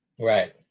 right